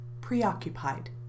Preoccupied